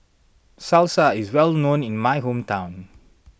Salsa is well known in my hometown